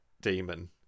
demon